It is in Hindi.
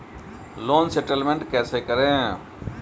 लोन सेटलमेंट कैसे करें?